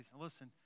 listen